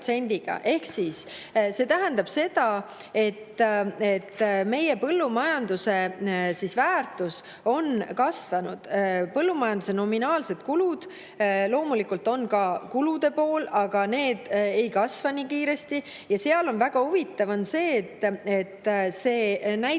See tähendab seda, et meie põllumajanduse väärtus on kasvanud ja põllumajanduse nominaalsed kulud – loomulikult on ka kulude pool – ei kasva nii kiiresti. Väga huvitav on see, et see näitab